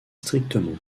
strictement